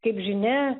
kaip žinia